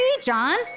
John